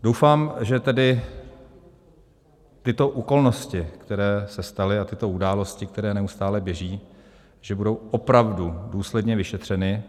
Doufám, že tedy tyto okolnosti, které se staly, a tyto události, které neustále běží, budou opravdu důsledně vyšetřeny.